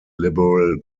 liberal